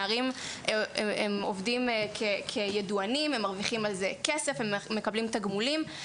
נערים שעובדים כידוענים מרוויחים על זה כסף ומקבלים תגמולים,